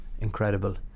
incredible